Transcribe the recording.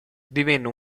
divenne